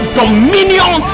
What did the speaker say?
dominion